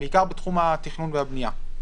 בעיקר בתחום התכנון והבניה.